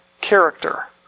Character